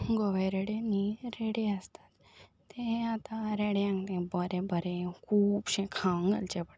गवेरेडे न्ही रेडे आसतात ते आतां रेड्यांक ते बरें बरें खुबशें खावंक घालचें पडटा